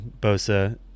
Bosa